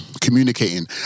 communicating